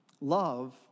Love